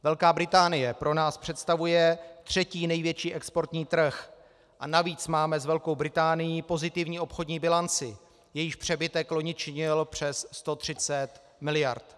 Velká Británie pro nás představuje třetí největší exportní trh a navíc máme s Velkou Británií pozitivní obchodní bilanci, jejíž přebytek loni činil přes 130 miliard.